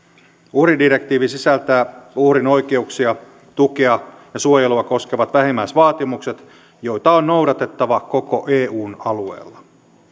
uhridirektiivi sisältää uhrin oikeuksia tukea ja suojelua koskevat vähimmäisvaatimukset joita on noudatettava koko eun alueella